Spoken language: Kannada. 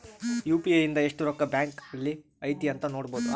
ಯು.ಪಿ.ಐ ಇಂದ ಎಸ್ಟ್ ರೊಕ್ಕ ಬ್ಯಾಂಕ್ ಅಲ್ಲಿ ಐತಿ ಅಂತ ನೋಡ್ಬೊಡು